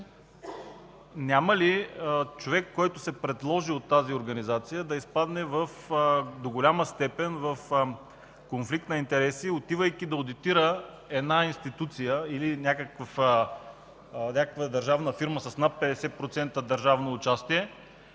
няма ли човек, който се предложи от тази организация, да изпадне до голяма степен в конфликт на интереси, отивайки да одитира една институция или някаква държавна фирма с над 50% държавно участие,